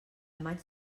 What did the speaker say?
maig